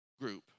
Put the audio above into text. group